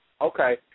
Okay